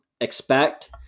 expect